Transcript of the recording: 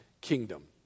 kingdom